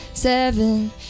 Seven